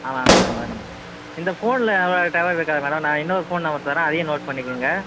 ஆமாம் ma'am madam இந்த ஃபோனில் அவ்வளோ டவர் இருக்காது மேடம் நான் இன்னோரு ஃபோன் நம்பர் தரேன் அதையும் நோட் பண்ணிக்கோங்க